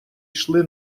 йшли